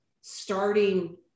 starting